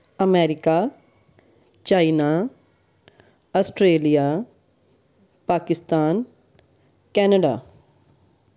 America China Australia Pakistan Canada